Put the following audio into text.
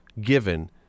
given